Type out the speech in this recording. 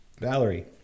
Valerie